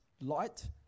light